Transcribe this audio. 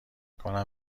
کنم